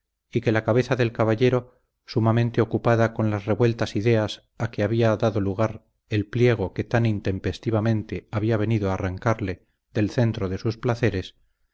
y que la cabeza del caballero sumamente ocupada con las revueltas ideas a que había dado lugar el pliego que tan intempestivamente había venido a arrancarle del centro de sus placeres